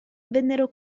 vennero